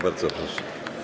Bardzo proszę.